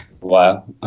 Wow